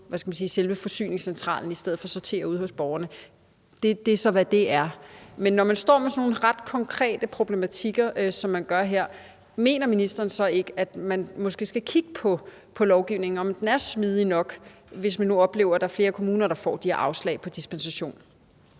selve forsyningscentralen i stedet for at sortere ude hos borgerne. Det er så, hvad det er. Men når man står med sådan nogle ret konkrete problematikker, som man gør her, mener ministeren så ikke, at man måske skal kigge på lovgivningen og se på, om den er smidig nok, hvis man oplever, at der er flere kommuner, der får de her afslag på dispensation?